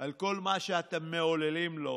על כל מה שאתם מעוללים לו,